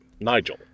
Nigel